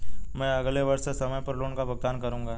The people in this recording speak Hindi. मैं अगले वर्ष से समय पर लोन का भुगतान करूंगा